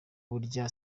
burya